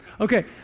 Okay